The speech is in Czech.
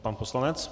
Pan poslanec.